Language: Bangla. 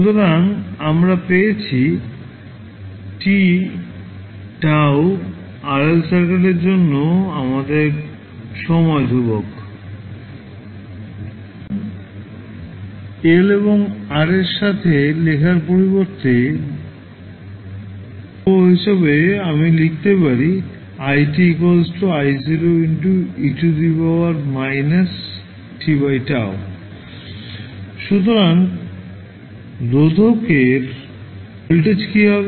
সুতরাং আমরা পেয়েছি τ RL সার্কিটের জন্য আমাদের সময় ধ্রুবক সুতরাং L এবং R এর সাথে লেখার পরিবর্তে তড়িৎ প্রবাহ হিসাবে আমি লিখতে পারি t i I0e τ সুতরাং রোধকের ভোল্টেজ কি হবে